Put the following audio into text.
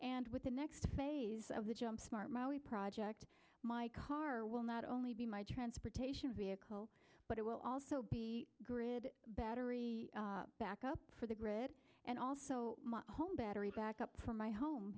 and with the next phase of the jump smart my we project my car will not only be my transportation vehicle but it will also be grid battery backup for the grid and also home battery backup for my home